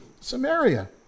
Samaria